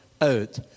out